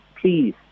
please